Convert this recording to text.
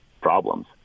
problems